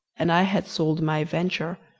and i had sold my venture,